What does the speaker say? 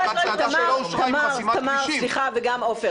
תמר, תמר, סליחה, וגם עופר.